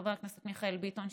חבר הכנסת מיכאל ביטון,